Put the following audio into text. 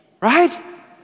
Right